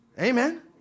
Amen